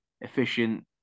efficient